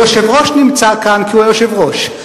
היושב-ראש נמצא כאן כי הוא היושב-ראש,